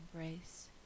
embrace